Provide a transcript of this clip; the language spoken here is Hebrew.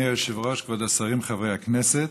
אדוני היושב-ראש, כבוד השרים, חברי הכנסת,